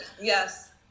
yes